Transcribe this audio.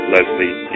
Leslie